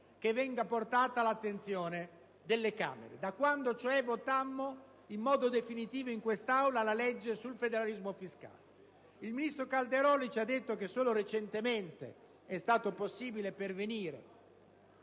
che venga portata all'attenzione delle Camere, cioè da quando votammo, in modo definitivo in quest'Aula, la legge sul federalismo fiscale. Il ministro Calderoli ci ha detto che solo recentemente è stato possibile pervenire